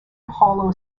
hollow